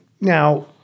Now